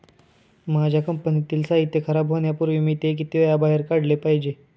माझ्या कंपनीतील साहित्य खराब होण्यापूर्वी मी ते किती वेळा बाहेर काढले पाहिजे?